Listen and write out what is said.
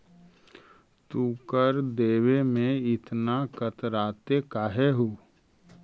तू कर देवे में इतना कतराते काहे हु